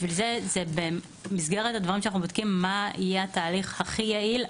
לכן זה במסגרת הדברים שאנו בודקים מה יהיה התהליך הכי יעיל,